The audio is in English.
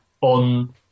on